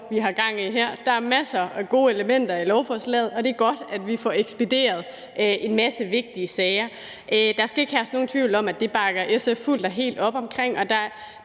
vi har gang i her. Der er masser af gode elementer i lovforslaget, og det er godt, at vi får ekspederet en masse vigtige sager. Der skal ikke herske nogen tvivl om, at det bakker SF fuldt og helt op omkring. Det